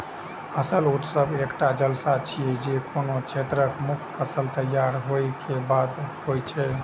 फसल उत्सव एकटा जलसा छियै, जे कोनो क्षेत्रक मुख्य फसल तैयार होय के बाद होइ छै